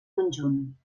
conjunt